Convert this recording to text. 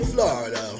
Florida